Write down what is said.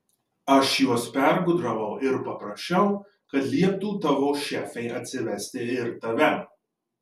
aš juos pergudravau ir paprašiau kad lieptų tavo šefei atsivesti ir tave